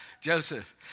Joseph